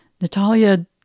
Natalia